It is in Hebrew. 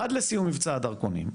עד לסיום מבצע הדרכונים,